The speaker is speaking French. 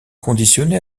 conditionnés